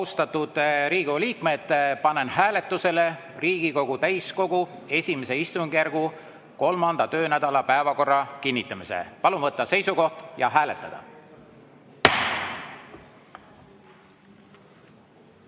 Riigikogu liikmed, panen hääletusele Riigikogu täiskogu I istungjärgu 3. töönädala päevakorra kinnitamise. Palun võtta seisukoht ja hääletada!